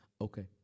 Okay